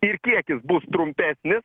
ir kiek jis bus trumpesnis